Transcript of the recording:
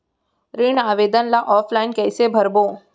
ऋण आवेदन ल ऑफलाइन कइसे भरबो?